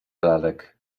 lalek